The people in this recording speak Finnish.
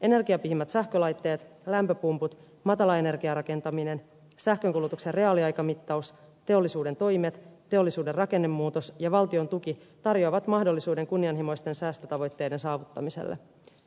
energiapihimmät sähkölaitteet lämpöpumput matalaenergiarakentaminen sähkönkulutuksen reaaliaikamittaus teollisuuden toimet teollisuuden rakennemuutos ja valtion tuki tarjoavat mahdollisuuden kunnianhimoisten säästötavoitteiden saavuttamiselle